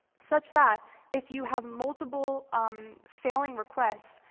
such that if you have multiple um failing requests,